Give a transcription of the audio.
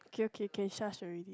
K okay K shush already